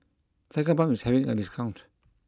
Tigerbalm is having a discount